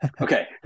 Okay